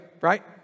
right